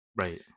Right